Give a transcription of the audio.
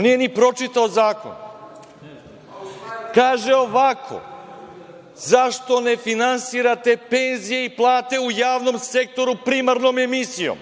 nije ni pročitao zakon. Kaže ovako – zašto ne finansirate penzije i plate u javnom sektoru primarnom emisijom.